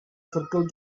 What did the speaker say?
circle